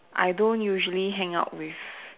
I don't usually hang out with